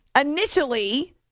Initially